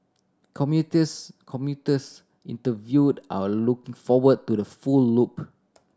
commuters commuters interviewed are looking forward to the full loop